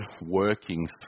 working